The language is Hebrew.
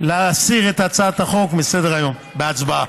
להסיר את הצעת החוק מסדר-היום בהצבעה.